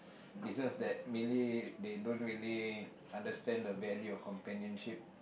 it's just that mainly they don't really understand the value of companionship